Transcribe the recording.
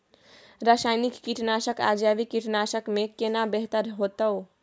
रसायनिक कीटनासक आ जैविक कीटनासक में केना बेहतर होतै?